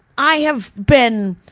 i have been